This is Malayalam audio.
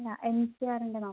ആ എം സി ആറിന്റെ നോക്കാം